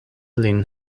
lin